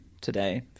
today